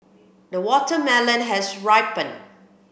the watermelon has ripened